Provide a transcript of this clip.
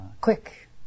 Quick